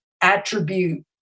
attribute